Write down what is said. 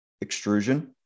extrusion